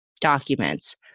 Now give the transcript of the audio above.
documents